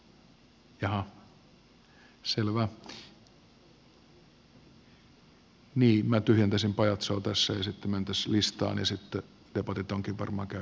niin minä tyhjentäisin pajatsoa tässä ja sitten mentäisiin listaan ja sitten debatit onkin varmaan käyty